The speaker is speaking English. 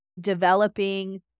developing